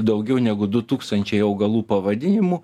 daugiau negu du tūkstančiai augalų pavadinimų